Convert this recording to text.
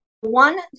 one